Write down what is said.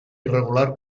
irregular